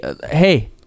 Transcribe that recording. hey